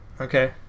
Okay